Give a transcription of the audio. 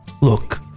Look